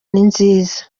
ninziza